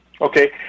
Okay